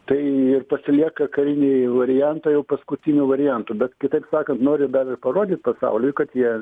tai ir pasilieka karinį variantą jau paskutiniu variantu bet kitaip sakant nori dar ir parodyt pasauliui kad jie